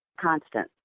constant